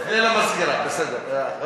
אדוני, תפנה למזכירה, בסדר.